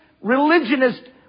religionist